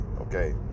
Okay